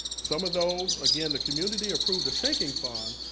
some of those, again the community approved a sinking fund,